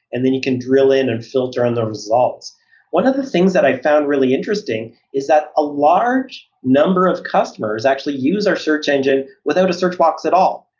and then you can drill in and filter on the results one of the things that i found really interesting is that a large number of customers actually use our search engine without a search box at all.